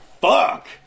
Fuck